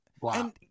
Wow